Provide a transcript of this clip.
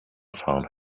found